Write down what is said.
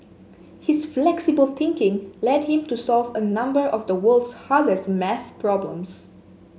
his flexible thinking led him to solve a number of the world's hardest maths problems